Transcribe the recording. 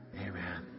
Amen